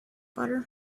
butter